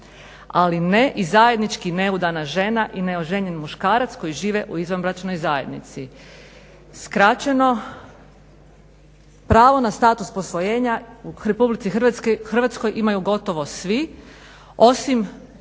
ali ne i zajednički neudana žena i neoženjen muškarac koji žive u izvanbračnoj zajednici. Skraćeno, pravo na status posvojenja u RH imaju gotovo svi osim